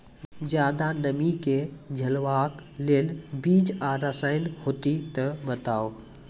ज्यादा नमी के झेलवाक लेल बीज आर रसायन होति तऽ बताऊ?